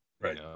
Right